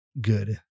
good